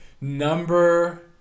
Number